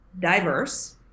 diverse